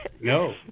No